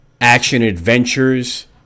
action-adventures